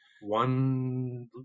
one